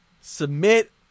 Submit